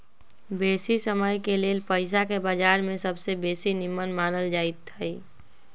बेशी समयके लेल पइसाके बजार में सबसे बेशी निम्मन मानल जाइत हइ